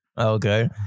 Okay